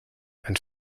and